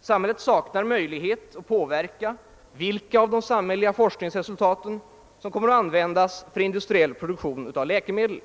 Samhället saknar möjlighet att påverka vilka forskningsresultat som kommer att användas för industriell produktion av nya läkemedel.